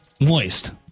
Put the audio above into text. Moist